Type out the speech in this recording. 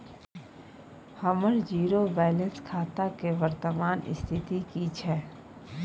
हमर zero balance खाता के वर्तमान स्थिति की छै?